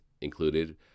included